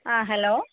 ആ ഹലോ